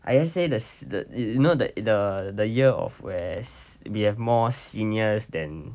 I just say the s~ the you know that the the year of where s~ we have more seniors then